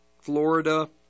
Florida